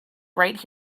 right